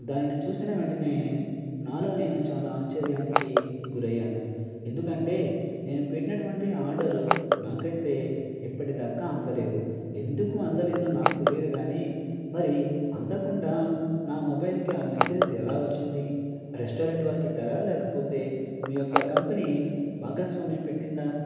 దానిని చూసిన వెంటనే నాలో నేను చాలా ఆశ్చర్యానికి గురయ్యాను ఎందుకంటే నేను పెట్టినటువంటి ఆర్డర్ నాకైతే ఇప్పటిదాకా అందలేదు ఎందుకు అందలేదో నాకు తెలియదు కానీ మరి అందకుండా నా మొబైల్కి ఆ మెసేజ్ ఎలా వచ్చింది రెస్టారెంట్ వారు పెట్టారా లేకపోతే మీ యొక్క కంపెనీ భాగస్వామ్యం పెట్టిందా